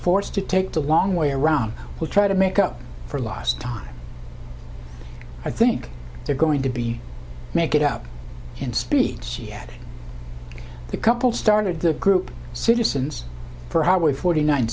forced to take the long way around to try to make up for lost time i think they're going to be make it up in speed she had the couple started the group citizens for highway forty nine